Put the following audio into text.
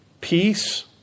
peace